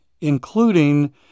including